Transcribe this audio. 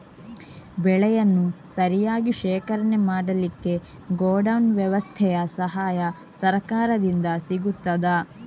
ಬೆಳೆಯನ್ನು ಸರಿಯಾಗಿ ಶೇಖರಣೆ ಮಾಡಲಿಕ್ಕೆ ಗೋಡೌನ್ ವ್ಯವಸ್ಥೆಯ ಸಹಾಯ ಸರಕಾರದಿಂದ ಸಿಗುತ್ತದಾ?